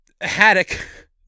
haddock